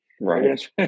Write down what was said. right